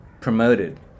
promoted